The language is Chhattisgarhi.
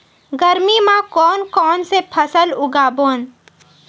गरमी मा कोन कौन से फसल उगाबोन?